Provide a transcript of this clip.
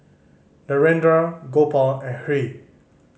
Narendra Gopal and Hri